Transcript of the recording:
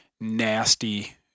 nasty